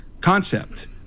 concept